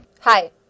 Hi